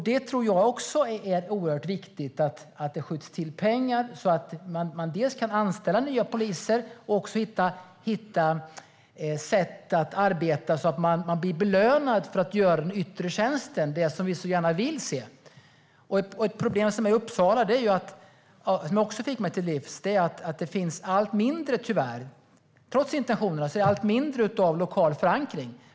Jag tror att det är oerhört viktigt att det skjuts till pengar så att man dels kan anställa nya poliser, dels hitta sätt att arbeta så att man blir belönad för att göra yttre tjänst, det som vi så gärna vill se. Ett problem i Uppsala som jag också fick mig till livs är att det tyvärr, trots intentionerna, finns allt mindre lokal förankring.